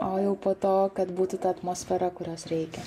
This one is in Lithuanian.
o jau po to kad būtų ta atmosfera kurios reikia